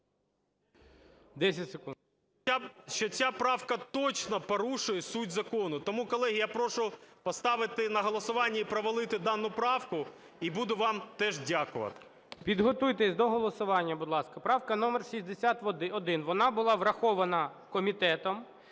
В.Є. …що ця правка точно порушує суть закону. Тому, колеги, я прошу поставити на голосування і провалити дану правку. І буду вам теж дякувати. ГОЛОВУЮЧИЙ. Підготуйтесь до голосування, будь ласка. Правка номер 61. Вона була врахована комітетом.